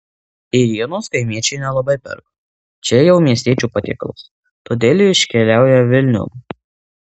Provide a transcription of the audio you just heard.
ėrienos kaimiečiai nelabai perka čia jau miestiečių patiekalas todėl ji iškeliauja vilniun